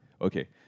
Okay